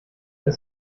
das